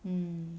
mm